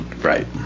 Right